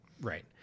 right